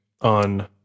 on